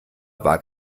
war